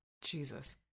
jesus